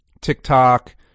TikTok